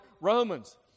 Romans